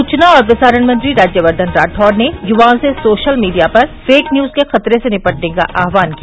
सूचना और प्रसारण मंत्री राज्यक्धन राठौड़ ने युवाओं से सोशल मीडिया पर फेक न्यूज के खतरे से निपटने का आहवान किया